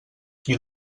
qui